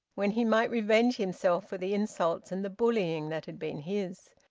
when he might revenge himself for the insults and the bullying that had been his.